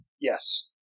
Yes